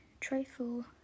trifle